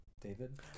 David